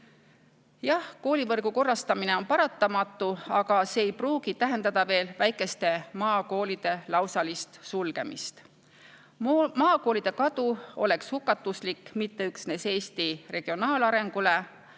koolivõrgu korrastamine on paratamatu, aga see ei pruugi veel tähendada väikeste maakoolide lausalist sulgemist. Maakoolide kadu oleks hukatuslik mitte üksnes Eesti regionaalarengule,